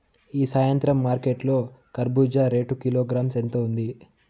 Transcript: ఈ సాయంత్రం మార్కెట్ లో కర్బూజ రేటు కిలోగ్రామ్స్ ఎంత ఉంది?